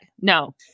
no